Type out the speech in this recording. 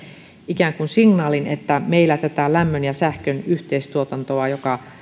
ikään kuin signaalin että meillä tämä lämmön ja sähkön yhteistuotanto joka